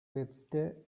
webster